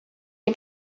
nie